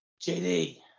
JD